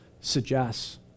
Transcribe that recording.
suggests